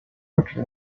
rwacu